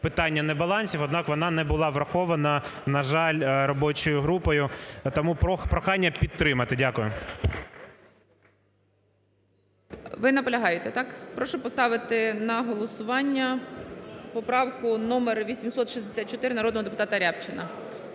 питання небалансів, однак вона не була врахована, на жаль, робочою групою. Тому прохання підтримати. Дякую. ГОЛОВУЮЧИЙ. Ви наполягаєте, так? Прошу поставити на голосування поправку номер 864 народного депутата Рябчина.